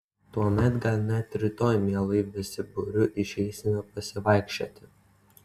tuomet gal net rytoj mielai visi būriu išeisime pasivaikščioti